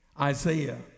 Isaiah